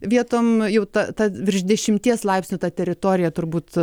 vietom nu jau ta ta virš dešimties laipsnių ta teritorija turbūt